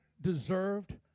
deserved